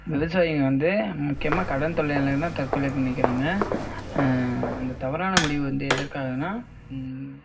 விவசாயிங்க வந்து முக்கியமாக கடன் தொல்லையினால்தான் தற்கொலை பண்ணிக்கிறாங்க அந்த தவறான முடிவு வந்து எதற்காகன்னா